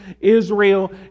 Israel